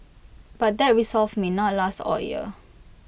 but that resolve may not last all year